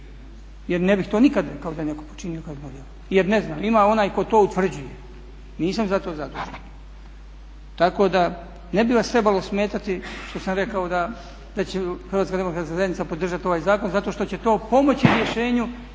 to ne bih nikada rekao da je neko počinio kazneno djelo jer ne znam. Ima onaj koji to utvrđuje, nisam za to zadužen. Tako da ne bi vas trebalo smetati što sam rekao da će HDZ podržati ovaj zakon zato što će to pomoći rješenje